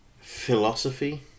Philosophy